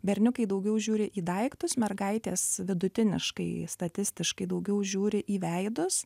berniukai daugiau žiūri į daiktus mergaitės vidutiniškai statistiškai daugiau žiūri į veidus